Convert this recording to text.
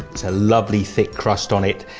it's a lovely thick crust on it.